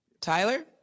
Tyler